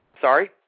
Sorry